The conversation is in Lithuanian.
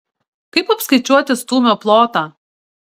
kaip apskaičiuoti stūmio plotą